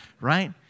Right